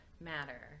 matter